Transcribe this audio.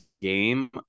game